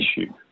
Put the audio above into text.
issue